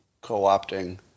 co-opting